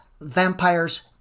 vampires